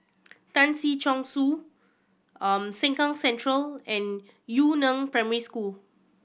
Tan Si Chong Su Sengkang Central and Yu Neng Primary School